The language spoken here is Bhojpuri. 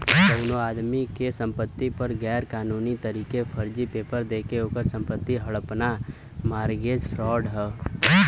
कउनो आदमी के संपति पर गैर कानूनी तरीके फर्जी पेपर देके ओकर संपत्ति हड़पना मारगेज फ्राड हौ